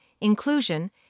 inclusion